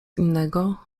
innego